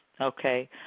okay